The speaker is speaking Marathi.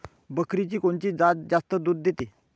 बकरीची कोनची जात जास्त दूध देते?